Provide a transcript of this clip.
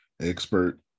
expert